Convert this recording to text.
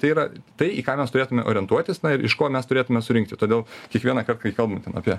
tai yra tai į ką mes turėtume orientuotis ir iš ko mes turėtume surinkti todėl kiekvienąkart kai kalbam ten apie